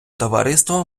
товариство